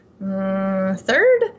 third